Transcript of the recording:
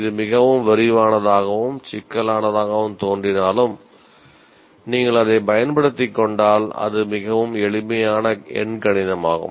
இது மிகவும் விரிவானதாகவும் சிக்கலானதாகவும் தோன்றினாலும் நீங்கள் அதைப் பயன்படுத்திக் கொண்டால் அது மிகவும் எளிமையான எண்கணிதமாகும்